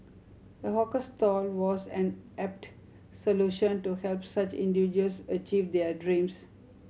a hawker stall was an apt solution to help such individuals achieve their dreams